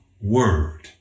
word